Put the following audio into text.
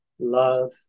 love